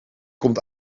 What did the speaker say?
komt